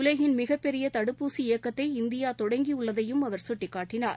உலகின் மிகப்பெரிய தடுப்பூசி இயக்கத்தை இந்தியா தொடங்கியுள்ளதையும் அவர் சுட்டிக் காட்டினார்